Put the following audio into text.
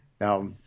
Now